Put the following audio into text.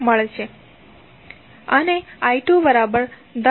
2◦A અને I2 10